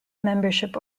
membership